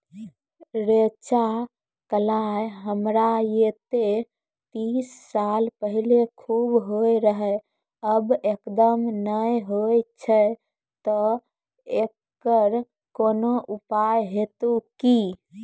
रेचा, कलाय हमरा येते तीस साल पहले खूब होय रहें, अब एकदम नैय होय छैय तऽ एकरऽ कोनो उपाय हेते कि?